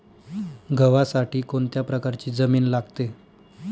गव्हासाठी कोणत्या प्रकारची जमीन लागते?